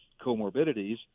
comorbidities